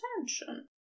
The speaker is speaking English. attention